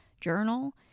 journal